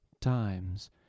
times